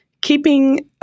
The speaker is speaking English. keeping